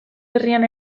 herrian